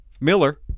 Miller